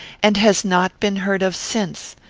and has not been heard of since.